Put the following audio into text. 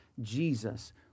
Jesus